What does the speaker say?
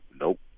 Nope